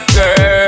girl